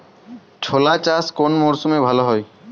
ছোলা চাষ কোন মরশুমে ভালো হয়?